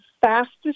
fastest